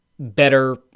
Better